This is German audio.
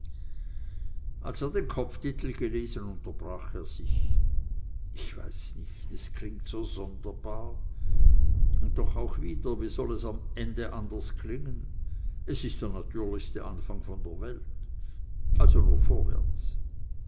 als er den kopftitel gelesen unterbrach er sich ich weiß nicht es klingt so sonderbar und doch auch wieder wie soll es am ende anders klingen es ist der natürlichste anfang von der welt also nur vorwärts